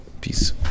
peace